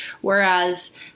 Whereas